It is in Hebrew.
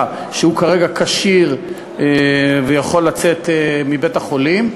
שהוא כרגע כשיר ויכול לצאת מבית-החולים.